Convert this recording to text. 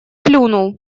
плюнул